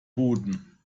boden